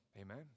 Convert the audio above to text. amen